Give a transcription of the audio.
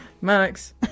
Max